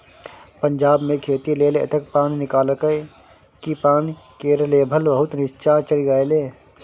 पंजाब मे खेती लेल एतेक पानि निकाललकै कि पानि केर लेभल बहुत नीच्चाँ चलि गेलै